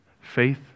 Faith